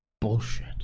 bullshit